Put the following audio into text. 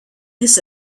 his